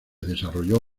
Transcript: desarrolló